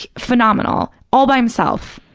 phenomenal. all by himself.